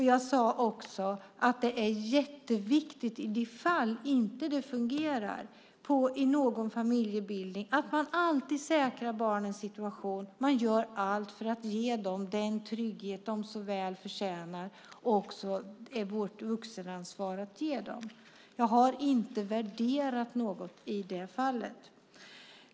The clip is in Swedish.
Jag sade också att det är jätteviktigt att man alltid säkrar barnens situation i de fall det inte fungerar i någon familjebildning. Man måste göra allt för att ge dem den trygghet de så väl förtjänar. Det är vårt vuxenansvar att ge dem det. Jag har inte värderat något i det fallet.